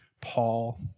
Paul